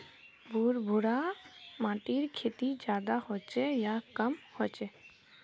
भुर भुरा माटिर खेती ज्यादा होचे या कम होचए?